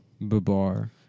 Babar